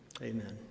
amen